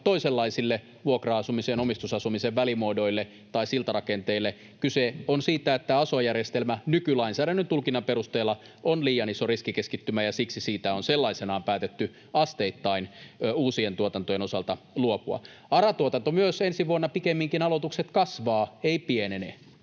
toisenlaisille vuokra-asumisen ja omistusasumisen välimuodoille tai siltarakenteille. Kyse on siitä, että aso-järjestelmä nykylainsäädännön tulkinnan perusteella on liian iso riskikeskittymä, ja siksi siitä on sellaisenaan päätetty asteittain uusien tuotantojen osalta luopua. ARA-tuotannossa myös ensi vuonna pikemminkin aloitukset kasvavat, eivät pienene,